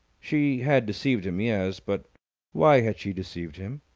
she had deceived him, yes. but why had she deceived him?